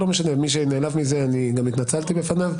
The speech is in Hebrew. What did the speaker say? מי שנעלב מזה, אני גם התנצלתי בפניו.